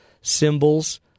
symbols